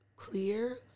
Clear